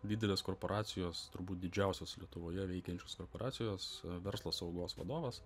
didelės korporacijos turbūt didžiausios lietuvoje veikiančios korporacijos verslo saugos vadovas